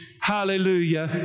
Hallelujah